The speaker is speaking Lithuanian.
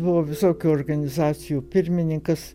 buvo visokių organizacijų pirmininkas